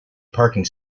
parking